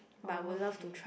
oh okay